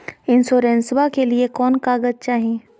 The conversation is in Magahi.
इंसोरेंसबा के लिए कौन कागज चाही?